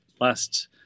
last